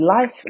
life